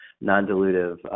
non-dilutive